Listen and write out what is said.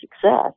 success